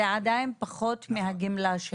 זה עדיין פחות מהגמלה.